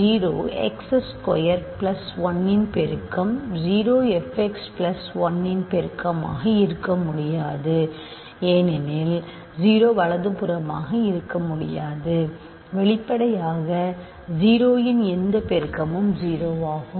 0 x square plus 1 இன் பெருக்கம் 0 f x plus 1 இன் பெருக்கமாக இருக்க முடியாது ஏனெனில் 0 வலதுபுறமாக இருக்க முடியாது வெளிப்படையாக 0 இன் எந்தப் பெருக்கமும் 0 ஆகும்